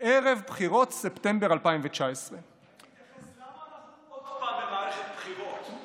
ערב בחירות ספטמבר 2019. למה אנחנו נמצאים עוד פעם במערכת בחירות?